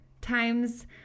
times